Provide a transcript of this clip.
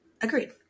agreed